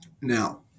Now